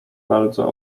bardzo